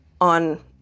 on